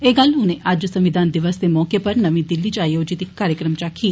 एह् गल्ल उनें अज्ज संविधान दिवस दे मौके उप्पर नमीं दिल्ली च आयोजित इक कार्यक्रम च आक्खी